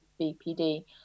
BPD